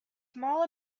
small